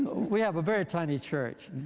we have a very tiny church.